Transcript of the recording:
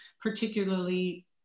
particularly